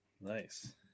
Nice